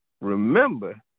remember